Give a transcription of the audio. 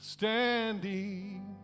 Standing